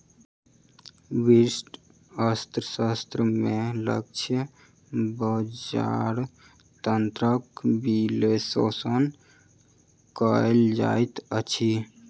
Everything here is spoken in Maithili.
व्यष्टि अर्थशास्त्र में लक्ष्य बजार तंत्रक विश्लेषण कयल जाइत अछि